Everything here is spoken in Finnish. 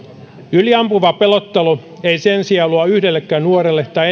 yliampuva pelottelu ei sen sijaan luo yhdellekään nuorelle tai